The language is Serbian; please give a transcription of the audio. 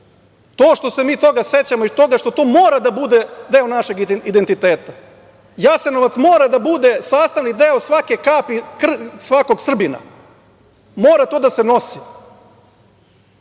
To što se mi toga sećamo i toga što to mora da bude deo našeg identiteta, Jasenovac mora da bude sastavni deo svake kapi krvi svakog Srbina. Mora to da se nosi